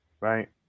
Right